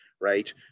Right